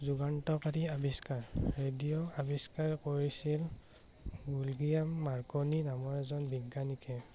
যোগান্তকাৰী আৱিষ্কাৰ ৰেডিঅ' আৱিষ্কাৰ কৰিছিল গুলগিয়াম' মাৰ্কনি নামৰ এজন বিজ্ঞানীকে